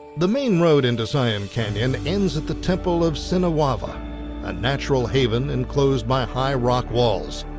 the main road into zion canyon ends at the temple of sinawava a natural haven enclosed by high rock walls.